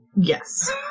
Yes